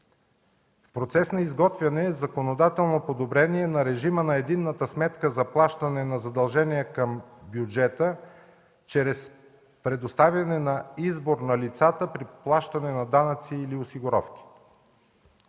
В процес на изготвяне е законодателно подобрение на режима на единната сметка за плащане на задължения към бюджета чрез предоставяне на избор на лицата при плащане на данъци или осигуровки.